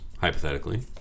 hypothetically